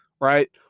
right